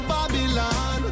Babylon